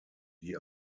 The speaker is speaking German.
die